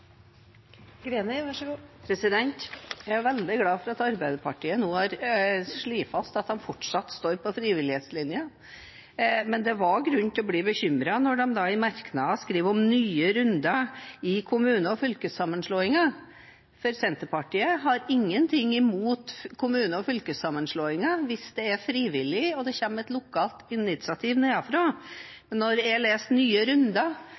veldig glad for at Arbeiderpartiet nå har slått fast at de fortsatt står på frivillighetslinjen. Men det var grunn til å bli bekymret når de i merknader skriver om nye runder i kommune- og fylkessammenslåinger. Senterpartiet har ingenting imot kommune- og fylkessammenslåinger hvis det er frivillig, og hvis det kommer et lokalt initiativ nedenfra, men når jeg leser «nye runder», ser jeg for meg at noen mener det skal tas initiativ til nye runder